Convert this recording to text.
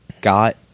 got